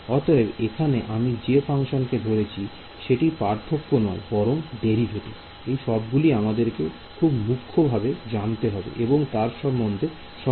অতএব এইখানে আমি যে ফাংশন কে ধরেছি সেটি পার্থক্য নয় বরং ডেরিভেটিভ